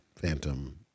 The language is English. Phantom